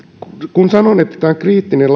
kun sanoin että tämä on kriittinen